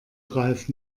ralf